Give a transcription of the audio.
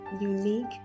unique